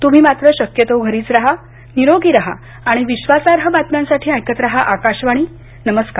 तुम्ही मात्र शक्यतो घरीच राहा निरोगी राहा आणि विश्वासार्ह बातम्यांसाठी ऐकत राहा आकाशवाणी नमस्कार